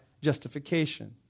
justification